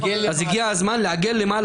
אז הגיע הזמן לעגל למעלה,